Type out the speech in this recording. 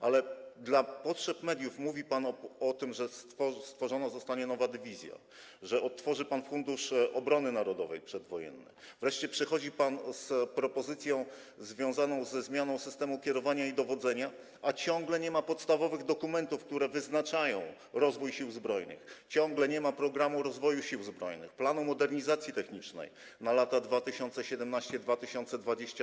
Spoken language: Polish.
Na potrzeby mediów mówi pan o tym, że stworzona zostanie nowa dywizja, że odtworzy pan Fundusz Obrony Narodowej przedwojenny, wreszcie przychodzi pan z propozycją związaną ze zmianą systemu kierowania i dowodzenia, a ciągle nie ma podstawowych dokumentów, które wyznaczają rozwój Sił Zbrojnych, ciągle nie ma programu rozwoju Sił Zbrojnych, planu modernizacji technicznej na lata 2017–2026.